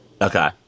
okay